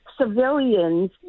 civilians